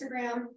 Instagram